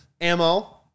ammo